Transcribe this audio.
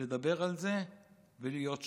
לדבר על זה ולהיות שותפים.